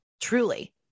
Truly